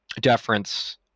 deference